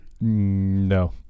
No